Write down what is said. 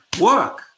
work